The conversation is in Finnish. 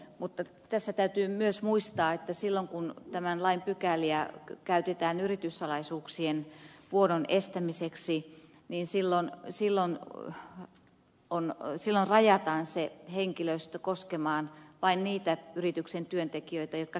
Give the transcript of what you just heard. mutta tässä täytyy myös muistaa että silloin kun tämän lain pykäliä käytetään yrityssalaisuuksien vuodon estämiseksi niin rajataan se henkilöstö koskemaan vain niitä yrityksen työntekijöitä jotka käsittelevät yrityssalaisuuksia